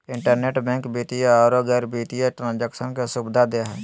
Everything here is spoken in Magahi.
इंटरनेट बैंक वित्तीय औरो गैर वित्तीय ट्रांन्जेक्शन के सुबिधा दे हइ